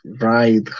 right